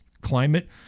climate